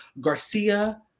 garcia